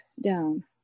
down